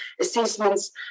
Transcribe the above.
assessments